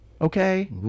Okay